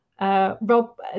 Rob